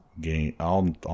game